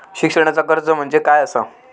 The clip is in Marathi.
शिक्षणाचा कर्ज म्हणजे काय असा?